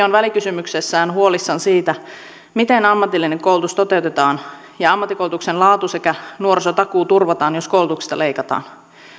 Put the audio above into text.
on välikysymyksessään huolissaan siitä miten ammatillinen koulutus toteutetaan ja ammattikoulutuksen laatu sekä nuorisotakuu turvataan jos koulutuksesta leikataan